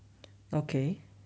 okay